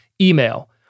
email